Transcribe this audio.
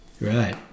right